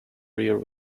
rear